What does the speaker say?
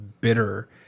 bitter